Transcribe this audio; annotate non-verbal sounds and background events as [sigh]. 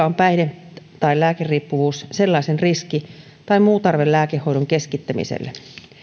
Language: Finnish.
[unintelligible] on päihde tai lääkeriippuvuus sellaisen riski tai muu tarve lääkehoidon keskittämiselle